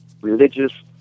religious